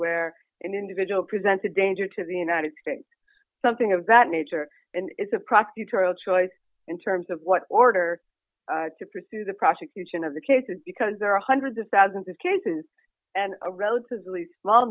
where an individual present a danger to the united states something of that nature is a prosecutorial choice in terms of what order to pursue the prosecution of the cases because there are hundreds of thousands of cases and a relatively small